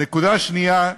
הנקודה השנייה,